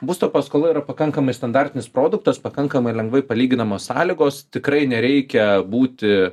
būsto paskola yra pakankamai standartinis produktas pakankamai lengvai palyginamos sąlygos tikrai nereikia būti